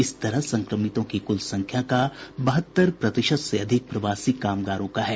इस तरह संक्रमितों की कुल संख्या का बहत्तर प्रतिशत से अधिक प्रवासी कामगारों का है